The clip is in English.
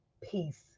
peace